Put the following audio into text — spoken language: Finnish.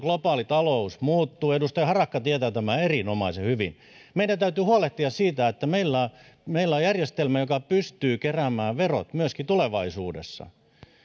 globaali talous muuttuu edustaja harakka tietää tämän erinomaisen hyvin ja meidän täytyy huolehtia siitä että meillä meillä on järjestelmä joka pystyy keräämään verot myöskin tulevaisuudessa